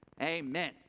Amen